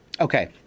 Okay